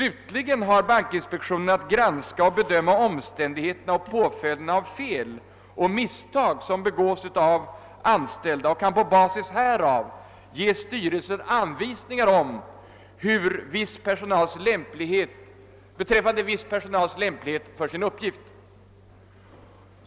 Vidare har bankinspektionen att granska och bedöma omständigheterna kring och följderna av fel och misstag som begås av anställda och kan på basis härav ge styrelsen anvisningar beträffande viss personals lämplighet för sin uppgift.